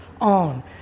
on